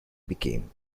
became